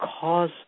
cause